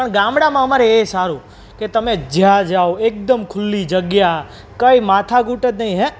પણ ગામડામાં અમારે એ સારું કે તમે જ્યાં જાઓ એકદમ ખૂલ્લી જગ્યા કંઈ માથાકૂટ જ નહીં હેં